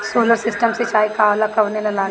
Solar system सिचाई का होला कवने ला लागी?